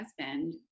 husband